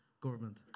government